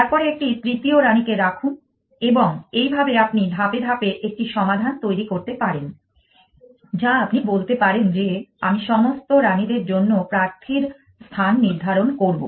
তারপরে একটি তৃতীয় রানীকে রাখুন এবং এইভাবে আপনি ধাপে ধাপে একটি সমাধান তৈরি করতে পারেন যা আপনি বলতে পারেন যে আমি সমস্ত রানীদের জন্য প্রার্থীর স্থান নির্ধারণ করব